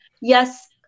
yes